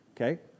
Okay